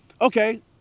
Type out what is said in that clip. okay